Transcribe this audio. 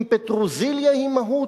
אם פטרוזיליה היא מהות,